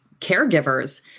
caregivers